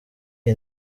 iyi